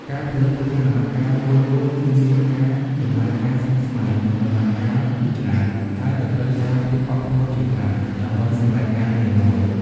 ការផលិតគ្រឿងអលង្ការមួយៗ គឺមានការដំណើរការស្មុគស្មាញ និងដំណាក់កាលជាច្រើន ហើយក៏ត្រូវការភាពអត់ធ្មត់ជាខ្លាំង ដើម្បីសម្រចការងារមួយ។